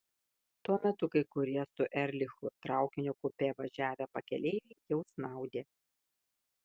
tuo metu kai kurie su erlichu traukinio kupė važiavę pakeleiviai jau snaudė